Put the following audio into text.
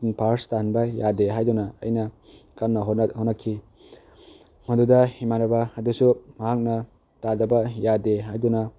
ꯐꯥꯔ꯭ꯁ ꯇꯥꯍꯟꯕ ꯌꯥꯗꯦ ꯍꯥꯏꯗꯨꯅ ꯑꯩꯅ ꯀꯟꯅ ꯍꯣꯠꯅꯈꯤ ꯃꯗꯨꯗ ꯏꯃꯥꯟꯅꯕ ꯑꯗꯨꯁꯨ ꯃꯍꯥꯛꯅ ꯇꯥꯗꯕ ꯌꯥꯗꯦ ꯍꯥꯏꯗꯨꯅ